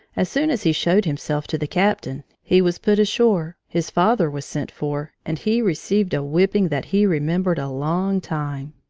as soon as he showed himself to the captain, he was put ashore, his father was sent for, and he received a whipping that he remembered a long time.